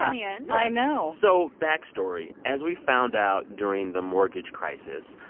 um the end i know so backstory, as we found out during the mortgage crisis,